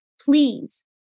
please